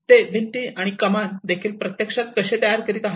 ते भिंती आणि कमान देखील प्रत्यक्षात कसे तयार करीत आहेत